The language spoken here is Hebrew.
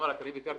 בשבוע